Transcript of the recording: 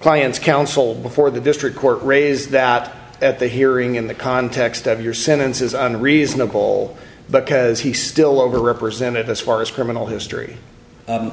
client's counsel before the district court raise that at the hearing in the context of your sentence is unreasonable but because he still over represented as far as criminal history